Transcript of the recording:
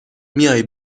میای